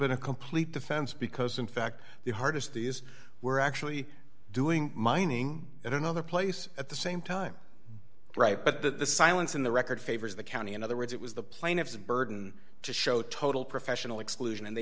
been a complete defense because in fact the hardest these were actually doing mining in another place at the same time right but that the silence in the record favors the county in other words it was the plaintiffs a burden to show total professional exclusion and they